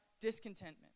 discontentment